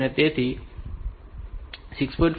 તેથી આપણને 6